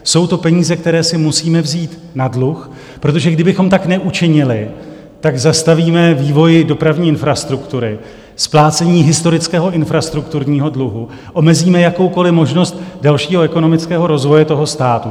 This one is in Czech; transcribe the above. Jsou to peníze, které si musíme vzít na dluh, protože kdybychom tak neučinili, zastavíme vývoj dopravní infrastruktury, splácení historického infrastrukturního dluhu, omezíme jakoukoliv možnost dalšího ekonomického rozvoje toho státu.